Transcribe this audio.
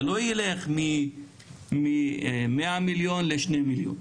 זה לא ילך מ-100 מיליון ל-2 מיליון.